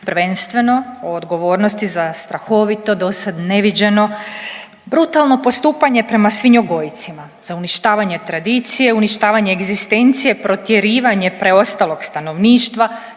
Prvenstveno o odgovornosti za strahovito do sad neviđeno brutalno postupanje prema svinjogojcima, za uništavanje tradicije, uništavanje egzistencije, protjerivanje preostalog stanovništva,